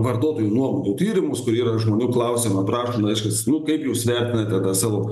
vartotojų nuomonių tyrimus kur yra žmonių klausima prašo reiškias nu kaip jūs vertinate tą savo